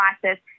crisis